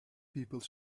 people